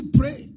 pray